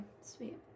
sweet